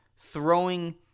throwing